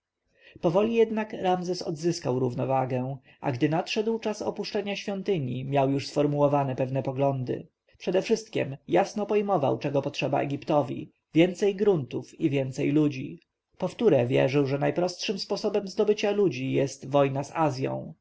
powoli jednak ramzes odzyskał równowagę a gdy nadszedł czas opuszczenia świątyni miał już sformułowane pewne poglądy przedewszystkiem jasno pojmował czego potrzeba egiptowi więcej gruntów i więcej ludzi powtóre wierzył że najprostszym sposobem zdobycia ludzi jest wojna z